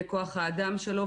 לכוח האדם שלו,